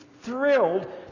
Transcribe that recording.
thrilled